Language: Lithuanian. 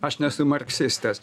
aš nesu marksistas